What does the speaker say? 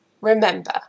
remember